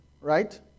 right